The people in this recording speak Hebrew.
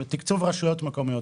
תקצוב רשויות מקומיות.